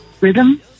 rhythm